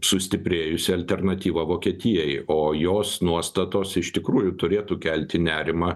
sustiprėjusi alternatyva vokietijai o jos nuostatos iš tikrųjų turėtų kelti nerimą